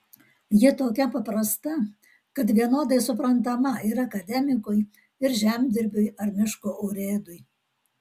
ji tokia paprasta kad vienodai suprantama ir akademikui ir žemdirbiui ar miško urėdui